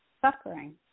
suffering